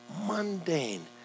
mundane